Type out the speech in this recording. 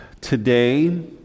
today